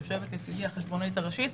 יושבת לצדי החשבונאית הראשית.